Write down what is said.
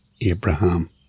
Abraham